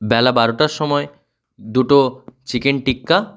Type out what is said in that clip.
বেলা বারোটার সময় দুটো চিকেন টিক্কা